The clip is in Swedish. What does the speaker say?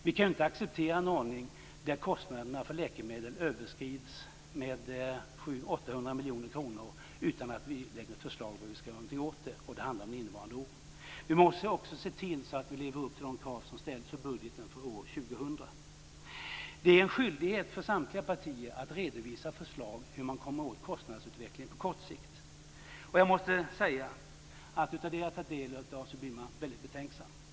Vi kan inte acceptera en ordning där kostnaderna för läkemedel överskrids med 700-800 miljoner kronor utan att vi lägger fram förslag om vad vi skall göra åt det, och det handlar om innevarande år. Vi måste också se till att leva upp till de krav som ställts för budgeten år 2000. Det är en skyldighet för samtliga partier att redovisa förslag på hur man kan komma åt kostnadsutvecklingen på kort sikt. Och jag måste säga att av det jag har fått ta del av blir jag väldigt betänksam.